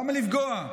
למה לפגוע?